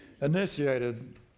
initiated